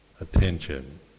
attention